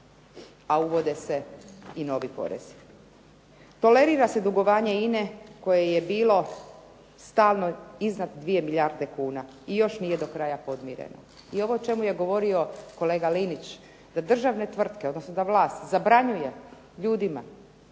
a uvode se i novi porezi. Tolerira se dugovanje INA-e koje je bilo stalno iznad 2 milijarde kuna i još nije do kraja podmireno, i ovo o čemu je govorio kolega Linić da državne tvrtke, odnosno da vlast zabranjuje ljudima